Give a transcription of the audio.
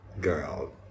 Girl